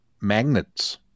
magnets